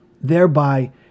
thereby